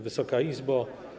Wysoka Izbo!